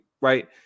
right